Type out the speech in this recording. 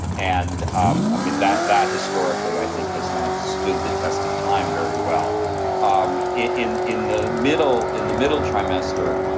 and um i mean that that historically, i think has not stood the test of time very well um in in the middle in the middle trimester.